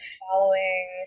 following